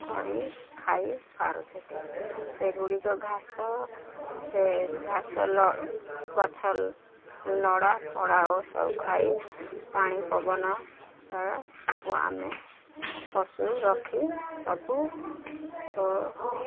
କରି ଖାଇ ପାରୁଛନ୍ତି ସେଗୁଡ଼ିକ ଘାସ ସେ ଘାସ ଗଛ ନଡ଼ାଫଡ଼ା ଓ ସବୁ ଖାଇ ପାଣି ପବନରେ ସବୁ ଆମେ ପଶୁ ରଖି ସବୁ ଓ